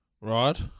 right